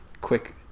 Quick